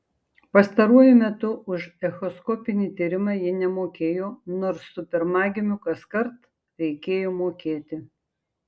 pastaruoju metu už echoskopinį tyrimą ji nemokėjo nors su pirmagimiu kaskart reikėjo mokėti